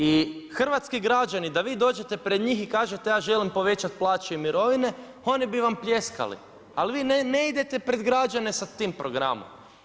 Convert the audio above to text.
I hrvatski građani, da vi dođete pred njih i kažete ja želim povećati plaće i mirovine, oni bi vam pljeskali, ali vi ne idete pred građane sa tim programom.